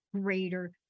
greater